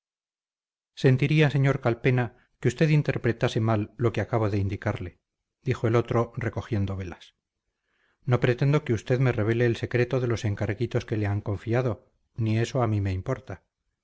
conocemos sentiría sr calpena que usted interpretase mal lo que acabo de indicarle dijo el otro recogiendo velas no pretendo que usted me revele el secreto de los encarguitos que le han confiado ni eso a mí me importa